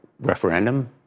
referendum